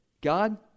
God